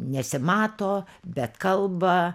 nesimato bet kalba